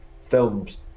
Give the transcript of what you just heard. films